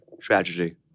tragedy